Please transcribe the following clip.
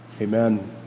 Amen